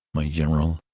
my general,